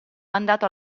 mandato